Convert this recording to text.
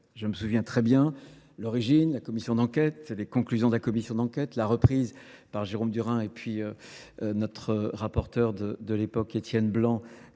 Je me souviens très bien l'origine, la commission d'enquête, les conclusions de la commission d'enquête, la reprise par Jérôme Durin et puis notre rapporteur de l'époque Etienne Blanc